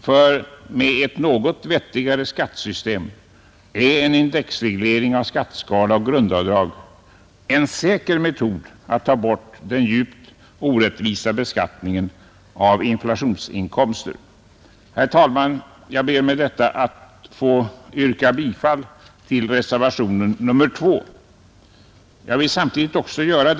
För med ett något vettigare skattesystem är en indexreglering av skatteskala och grundavdrag en säker metod att ta bort den djupt orättvisa beskattningen av inflationsinkomster. Herr talman! Jag ber med detta att få yrka bifall till reservationen 2 till skatteutskottets betänkande nr 40.